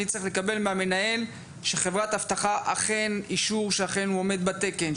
אני צריך לקבל מהמנהל של חברת האבטחה אישור שאכן הוא עומד בתקן,